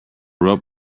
rope